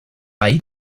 bei